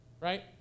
Right